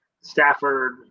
Stafford